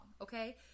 okay